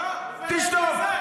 לא, הוא באמת גזען.